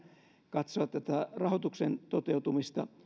katsoa rahoituksen toteutumista